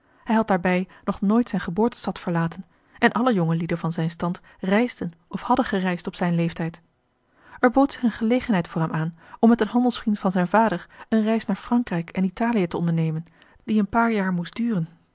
hij had daarbij nog nooit zijne geboortestad verlaten en a l g bosboom-toussaint de delftsche wonderdokter eel alle jongelieden van zijn stand reisden of hadden gereisd op zijn leeftijd er bood zich eene gelegenheid voor hem aan om met een handelsvriend van zijn vader eene reis naar frankrijk en italië te ondernemen die een paar jaren moest duren